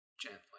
gently